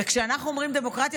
וכשאנחנו אומרים דמוקרטיה,